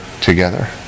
together